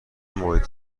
محیط